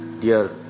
dear